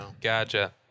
Gotcha